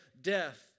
death